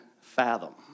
fathom